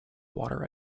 water